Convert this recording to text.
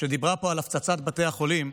שדיברה פה על הפצצת בתי החולים: